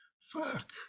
fuck